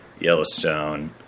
Yellowstone